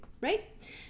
right